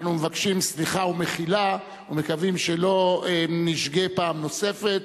אנחנו מבקשים סליחה ומחילה ומקווים שלא נשגה פעם נוספת.